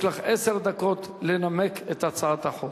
יש לך עשר דקות לנמק את הצעת החוק.